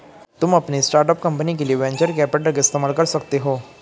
तुम अपनी start up company के लिए वेन्चर कैपिटल का इस्तेमाल कर सकते हो